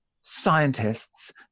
scientists